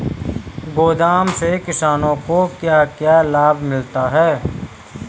गोदाम से किसानों को क्या क्या लाभ मिलता है?